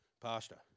Pastor